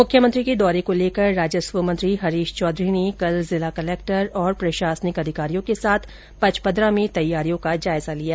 मुख्यमंत्री के दौरे को लेकर राजस्व मंत्री हरीश चौधरी ने कल जिला कलेक्टर और प्रशासनिक अधिकारियों के साथ पचपद्रा में तैयारियों का जायजा लिया